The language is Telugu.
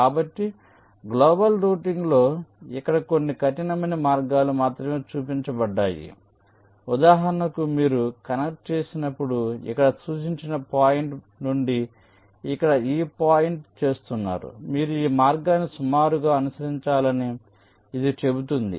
కాబట్టి గ్లోబల్ రౌటింగ్లో ఇక్కడ కొన్ని కఠినమైన మార్గాలు మాత్రమే చూపించబడ్డాయి ఉదాహరణకు మీరు కనెక్ట్ చేసినప్పుడు ఇక్కడ సూచించిన పాయింట్ నుండి ఇక్కడ ఈ పాయింట్ చేస్తున్నారు మీరు ఈ మార్గాన్ని సుమారుగా అనుసరించాలని ఇది చెబుతుంది